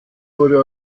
wurde